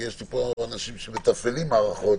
כי יש אנשים שמתפעלים מערכות,